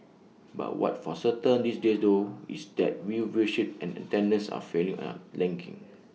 but what's for certain these days though is that viewership and attendance are falling and tanking